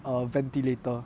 err ventilator